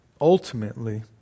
ultimately